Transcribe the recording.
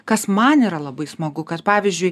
kas man yra labai smagu kad pavyzdžiui